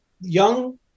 young